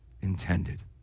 intended